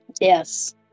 Yes